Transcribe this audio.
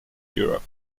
europe